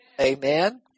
amen